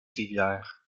rivière